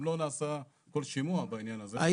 גם לא נעשה כל שימוע בעניין זה.